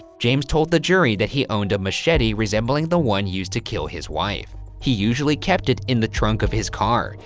james told the jury that he owned a machete resembling the one used to kill his wife. he usually kept it in the trunk of his car,